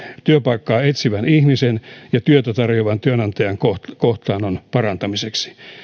työpaikkaa etsivän ihmisen ja työtä tarjoavan työnantajan kohtaannon parantamiseksi